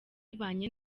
ibanye